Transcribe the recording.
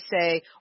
say